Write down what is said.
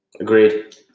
Agreed